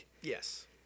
Yes